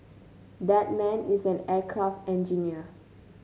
that man is an aircraft engineer